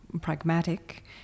pragmatic